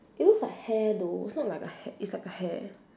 it looks like hair though it's not like a hat it's like hair